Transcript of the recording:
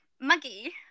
muggy